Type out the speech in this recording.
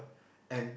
and